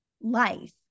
life